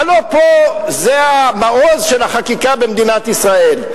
הלוא פה זה המעוז של החקיקה במדינת ישראל.